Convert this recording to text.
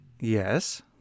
Yes